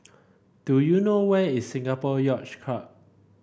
do you know where is Singapore Yacht Club